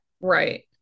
Right